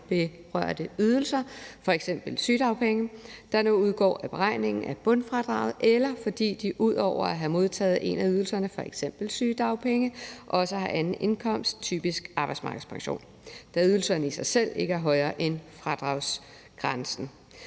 berørte ydelser, f.eks. sygedagpenge, der nu udgår af beregningen af bundfradraget, eller fordi de ud over at have modtaget en af ydelserne, f.eks. sygedagpenge, også har anden indkomst, typisk arbejdsmarkedspension, da ydelserne i sig selv ikke er højere end fradragsgrænsen.